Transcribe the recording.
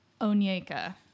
Onyeka